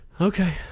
Okay